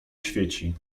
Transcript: świeci